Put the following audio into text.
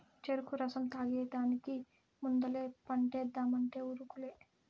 చెరుకు రసం తాగేదానికి ముందలే పంటేద్దామంటే ఉరుకులే